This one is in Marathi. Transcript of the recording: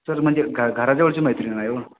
सर म्हणजे घर घराजवळची मैत्रीण हाय ओ